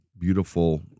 beautiful